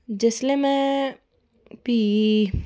जिसलै में फ्ही